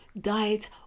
diet